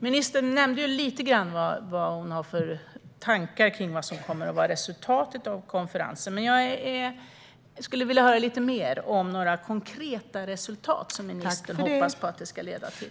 Ministern nämnde lite grann vad hon har för tankar om vad som kommer att bli resultatet av konferensen, men jag skulle vilja höra lite mer om vilka konkreta resultat ministern hoppas att den ska leda till.